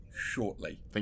shortly